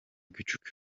küçük